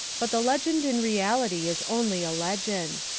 but the legend in reality is only a legend.